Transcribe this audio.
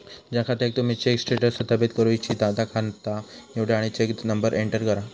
ज्या खात्याक तुम्ही चेक स्टेटस सत्यापित करू इच्छिता ता खाता निवडा आणि चेक नंबर एंटर करा